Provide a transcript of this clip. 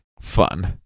fun